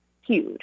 huge